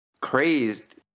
crazed